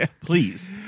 please